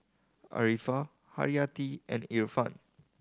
Arifa Haryati and Irfan